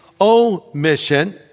omission